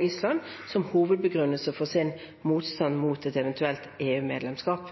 Island – som hovedbegrunnelse for sin motstand mot et eventuelt EU-medlemskap.